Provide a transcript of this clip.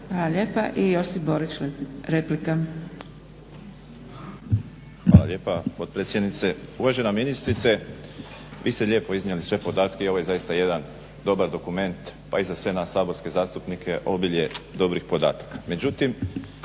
replika. **Borić, Josip (HDZ)** Hvala lijepa potpredsjednice. Uvažena ministrice, vi ste lijepo iznijeli sve podatke i ovo je zaista jedan dobar dokument pa i za sve nas saborske zastupnike obilje dobrih podataka.